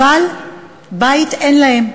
אבל בית אין להם.